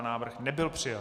Návrh nebyl přijat.